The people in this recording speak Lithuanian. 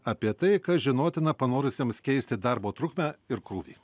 apie tai kas žinotina panorusiems keisti darbo trukmę ir krūvį